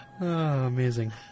amazing